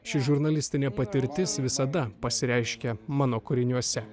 ši žurnalistinė patirtis visada pasireiškia mano kūriniuose